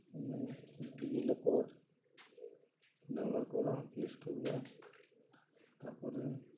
ଆମେ DigiLocker download କର play ଷ୍ଟୋର୍କୁ ତା'ପରେ